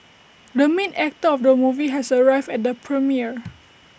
the main actor of the movie has arrived at the premiere